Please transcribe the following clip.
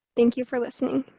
thank you for listening.